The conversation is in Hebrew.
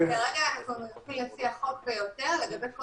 כרגע אנחנו --- לפי החוק ויותר לגבי כל